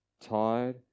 tired